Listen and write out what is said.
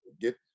Get